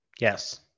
Yes